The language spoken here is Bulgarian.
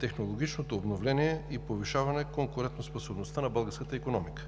технологичното обновление и повишаване конкурентоспособността на българската икономика.